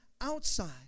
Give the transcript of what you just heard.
outside